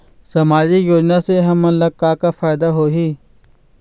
सामाजिक योजना से हमन ला का का फायदा होही?